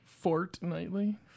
fortnightly